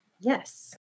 Yes